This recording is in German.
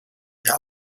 der